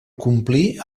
complir